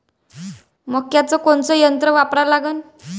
मक्याचं कोनचं यंत्र वापरा लागन?